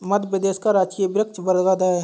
मध्य प्रदेश का राजकीय वृक्ष बरगद है